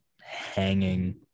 hanging